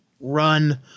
run